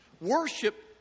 Worship